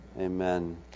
Amen